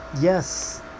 Yes